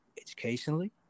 educationally